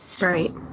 Right